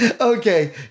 Okay